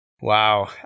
Wow